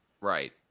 right